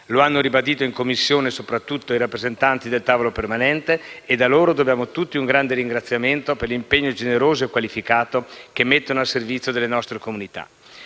Lo hanno ribadito in Commissione soprattutto i rappresentanti del tavolo permanente ed a loro dobbiamo tutti un grande ringraziamento per l'impegno generoso e qualificato che mettono al servizio delle nostre comunità.